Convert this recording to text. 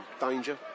danger